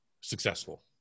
successful